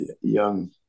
young